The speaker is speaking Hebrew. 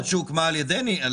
זאת קרן שהוקמה על ידי שורדים.